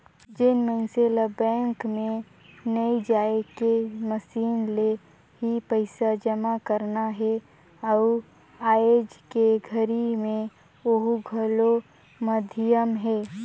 जेन मइनसे ल बैंक मे नइ जायके मसीन ले ही पइसा जमा करना हे अउ आयज के घरी मे ओहू घलो माधियम हे